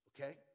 okay